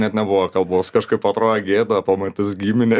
net nebuvo kalbos kažkaip atrodė gėda pamatys giminės